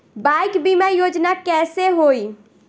Bike बीमा योजना कैसे होई?